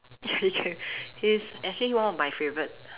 K can he is actually one of my favourite